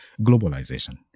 globalization